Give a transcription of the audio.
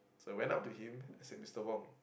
so I went up to him I said Mister wong